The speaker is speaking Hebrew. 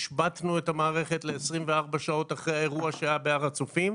השבתנו את המערכת ל-24 שעות אחרי האירוע שהיה בהר הצופים,